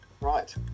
Right